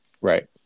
Right